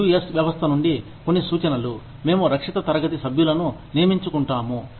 US వ్యవస్థ నుండి కొన్ని సూచనలు మేము రక్షిత తరగతి సభ్యులను నియమించుకుంటాము